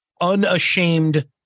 unashamed